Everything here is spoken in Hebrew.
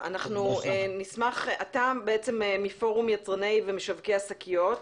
אתה מפורום יצרני ומשווקי השקיות.